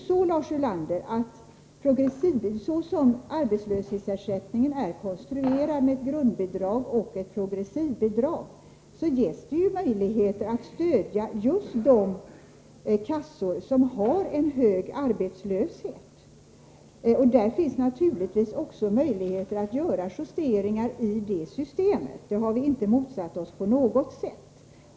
Såsom arbetslöshetsersättningen är konstruerad — med ett grundbidrag och ett progressivt bidrag — ges det möjligheter att stödja just de kassor som har en hög arbetslöshet, Lars Ulander. Det finns naturligtvis också möjligheter att göra justeringar i det systemet. Vi har inte på något sätt motsatt oss sådana justeringar.